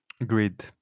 agreed